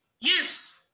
Yes